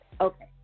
Okay